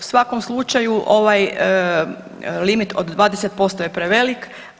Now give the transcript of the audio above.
U svakom slučaju ovaj limit od 20% je prevelik.